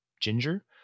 ginger